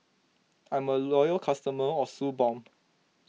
I'm a loyal customer of Suu Balm